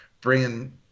bringing